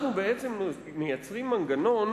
אנחנו בעצם מייצרים מנגנון